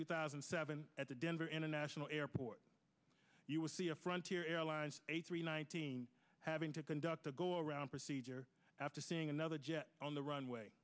two thousand and seven at the denver international airport you will see a front here airlines a three nineteen having to conduct a go around procedure after seeing another jet on the runway